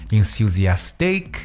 Enthusiastic